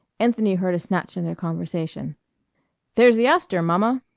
anthony heard a snatch of their conversation there's the astor, mama!